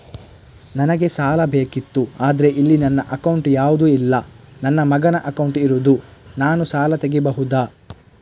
ನನಗೆ ಸಾಲ ಬೇಕಿತ್ತು ಆದ್ರೆ ಇಲ್ಲಿ ನನ್ನ ಅಕೌಂಟ್ ಯಾವುದು ಇಲ್ಲ, ನನ್ನ ಮಗನ ಅಕೌಂಟ್ ಇರುದು, ನಾನು ಸಾಲ ತೆಗಿಬಹುದಾ?